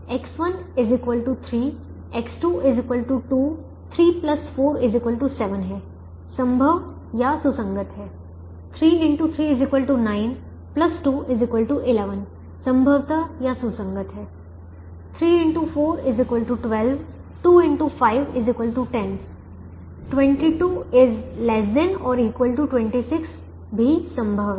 तो X1 3 X2 2 3 4 7 है संभव या सुसंगत है 9 2 11 संभव या सुसंगत है 12 10 121022 ≤ 26 भी संभव है